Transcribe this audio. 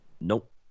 Nope